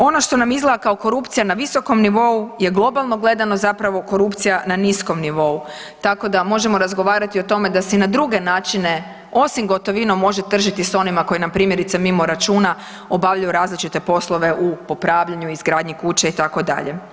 Ono što nam izgleda kao korupcija na visokom nivou je globalno gledano zapravo korupcija na niskom nivou, tako da možemo razgovarati o tome da se i na druge načine osim gotovinom može tržiti s onima koji npr. mimo računa obavljaju različite poslove u popravljanju, izgradnji kuće itd.